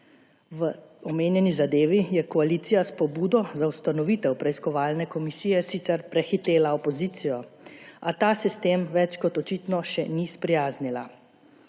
V omenjeni zadevi je koalicija s pobudo za ustanovitev preiskovalne komisije sicer prehitela opozicijo, a ta se s tem več kot očitno ni sprijaznila.